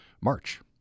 March